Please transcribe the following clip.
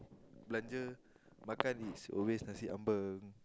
belanja is always nasi-ambeng